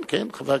כן, עכשיו.